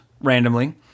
randomly